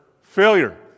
failure